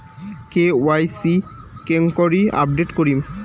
KYC কেঙ্গকরি update করিম?